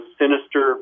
sinister